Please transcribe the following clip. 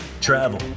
travel